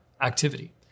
activity